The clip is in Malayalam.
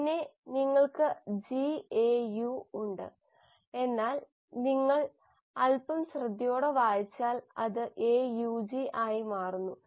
പിന്നെ നിങ്ങൾക്ക് GAU ഉണ്ട് എന്നാൽ നിങ്ങൾ അൽപ്പം ശ്രദ്ധയോടെ വായിച്ചാൽ ഇത് AUG ആയി മാറുന്നു